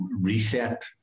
reset